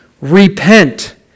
repent